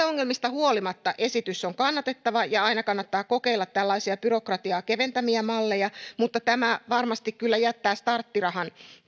ongelmista huolimatta esitys on kannatettava ja aina kannattaa kokeilla tällaisia byrokratiaa keventäviä malleja mutta tämä varmasti kyllä jättää starttirahan